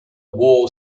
war